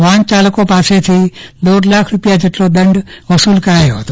વાહન ચાલકો પાસેથી દોઢ લાખ રૂપિયા જેટલો દંડ વસુલાયો હતો